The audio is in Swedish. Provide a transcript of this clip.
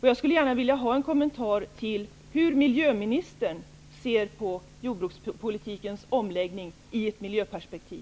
Jag skulle gärna vilja ha en kommentar från miljöministern hur han ser på jordbrukspolitikens omläggning i ett miljöperspektiv.